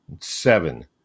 seven